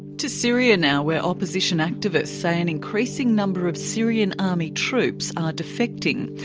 to syria now, where opposition activists say an increasing number of syrian army troops are defecting.